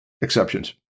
exceptions